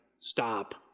stop